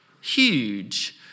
Huge